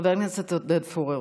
חבר הכנסת עודד פורר,